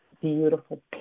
beautiful